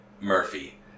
Murphy